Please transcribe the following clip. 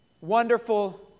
wonderful